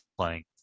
playing